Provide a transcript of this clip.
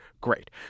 Great